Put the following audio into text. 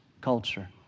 culture